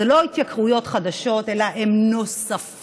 אלה לא התייקרויות חדשות אלא הן נוספות